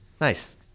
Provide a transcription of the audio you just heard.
Nice